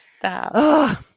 Stop